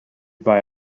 via